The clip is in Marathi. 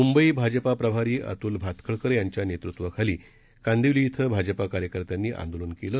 म्ंबई भाजपा प्रभारी अत्ल भातखळकर यांच्या नेतृत्वाखाली कांदिवली इथं भाजपा कार्यकर्त्यांनी आंदोलन केलं